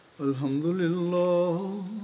Alhamdulillah